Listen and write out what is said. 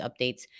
updates